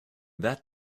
that